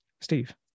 Steve